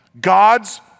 God's